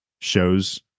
shows